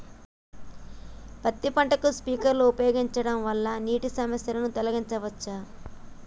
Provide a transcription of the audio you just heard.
పత్తి పంటకు స్ప్రింక్లర్లు ఉపయోగించడం వల్ల నీటి సమస్యను తొలగించవచ్చా?